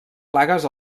plagues